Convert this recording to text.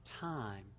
time